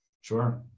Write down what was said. sure